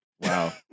Wow